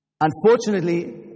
unfortunately